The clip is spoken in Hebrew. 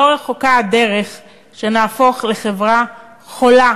לא רחוקה הדרך שנהפוך חברה חולה